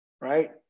right